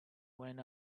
went